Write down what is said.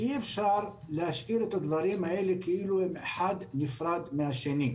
אי אפשר להשאיר את הדברים האלה כאילו הם אחד נפרד מהשני,